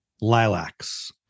Lilacs